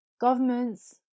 Governments